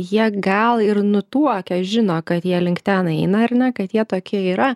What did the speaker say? jie gal ir nutuokia žino kad jie link ten eina ar ne kad jie tokie yra